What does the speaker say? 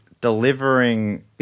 delivering